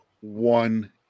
one